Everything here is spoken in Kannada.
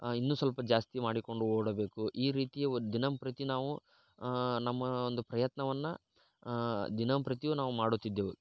ಇನ್ನು ಸ್ವಲ್ಪ ಜಾಸ್ತಿ ಮಾಡಿಕೊಂಡು ಓಡಬೇಕು ಈ ರೀತಿ ದಿನಂಪ್ರತಿ ನಾವು ನಮ್ಮ ಒಂದು ಪ್ರಯತ್ನವನ್ನು ದಿನಂಪ್ರತಿ ನಾವು ಮಾಡುತ್ತಿದ್ದೆವು